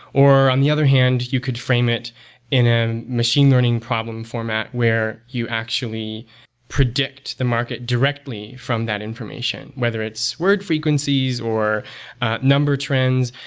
on the other hand, you could frame it in a machine learning problem format where you actually predict the market directly from that information, whether it's word frequencies, or number trends.